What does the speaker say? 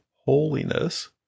holiness